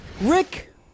Rick